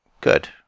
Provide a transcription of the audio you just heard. Good